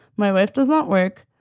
my wife does not work.